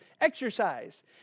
exercise